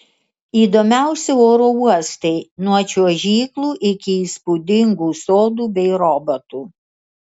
įdomiausi oro uostai nuo čiuožyklų iki įspūdingų sodų bei robotų